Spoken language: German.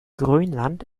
grönland